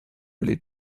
really